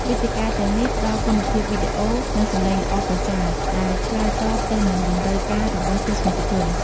វេទិកាទាំងនេះផ្ដល់គុណភាពវីដេអូ និងសំឡេងល្អប្រសើរ ដែលឆ្លើយតបទៅនឹងតម្រូវការរបស់ទស្សនិកជន។